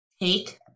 take